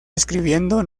escribiendo